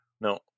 No